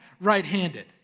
right-handed